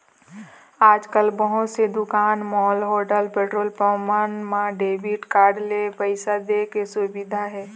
आजकाल बहुत से दुकान, मॉल, होटल, पेट्रोल पंप मन म डेबिट कारड ले पइसा दे के सुबिधा हे